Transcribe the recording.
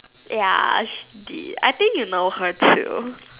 ya she did I think you know her too